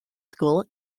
school